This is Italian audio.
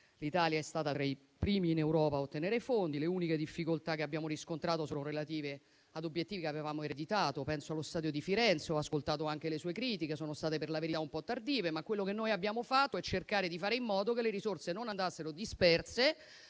L'Italia è stata tra i primi in Europa a ottenere fondi. Le uniche difficoltà che abbiamo riscontrato sono relative a obiettivi che avevamo ereditato (penso allo stadio di Firenze: ho ascoltato anche le sue critiche, per la verità un po' tardive), ma quello che abbiamo fatto è stato cercare di fare in modo che le risorse non andassero disperse